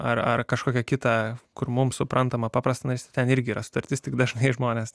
ar ar kažkokią kitą kur mums suprantama paprasta nes ten irgi yra sutartis tik dažnai žmonės